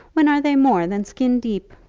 when are they more than skin-deep?